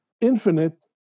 infinite